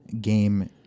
game